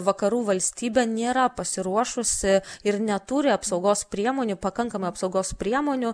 vakarų valstybė nėra pasiruošusi ir neturi apsaugos priemonių pakankamai apsaugos priemonių